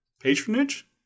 patronage